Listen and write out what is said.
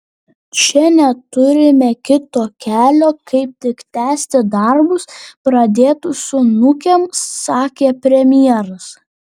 čia neturime kito kelio kaip tik tęsti darbus pradėtus su nukem sakė premjeras